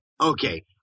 Okay